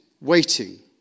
waiting